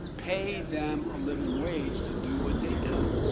pay them a living wage to do what they do.